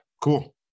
cool